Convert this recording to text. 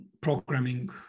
programming